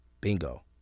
Bingo